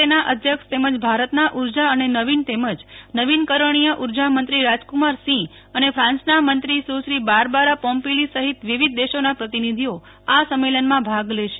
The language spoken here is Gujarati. એના અધ્યક્ષ તેમજ ભારતના ઉર્જા અને નવીન તેમજ નવીનકરણીય ઉર્જામંત્રી રાજકુમાર સિંહ અને ફાન્સના મંત્રી સુ શ્રી બારબારા પોમ્પિલી સહિત વિવિધ દેશોના પ્રતિનિધીઓ આ સંમેલનમાં ભાગ લેશે